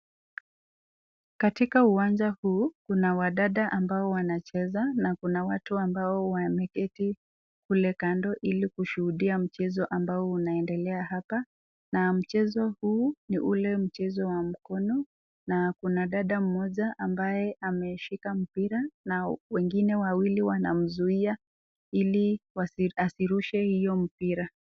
Katika uwanja huu kuna wadada ambao wanacheza na kuna watu ambao wameketi kule kando ili kushuhudia mchezo ambao unaendela hapa. Mchezo huu ni ule wa mkono na kuna dada mmoja ambaye ameshika mpira na wengine wawili wanamzuia ili asirushe hiyo mpira.